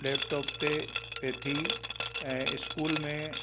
laptop ते पिए थी ऐं स्कूल में